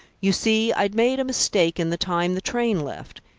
you see, i'd made a mistake in the time the train left.